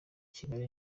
kigali